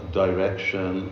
direction